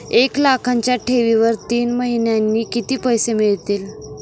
एक लाखाच्या ठेवीवर तीन महिन्यांनी किती पैसे मिळतील?